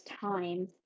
Time